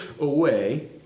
away